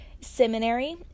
seminary